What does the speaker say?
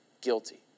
guilty